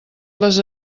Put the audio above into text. les